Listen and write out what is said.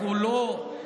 אנחנו לא,